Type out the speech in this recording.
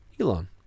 Elon